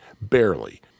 Barely